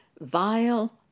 vile